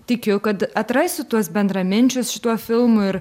tikiu kad atrasiu tuos bendraminčius šituo filmu ir